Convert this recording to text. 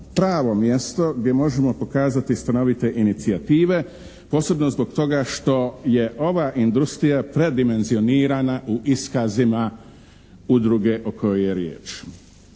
pravo mjesto gdje možemo pokazati stanovite inicijative posebno zbog toga što je ova industrija predimenzionirana u iskazima udruge o kojoj je riječ.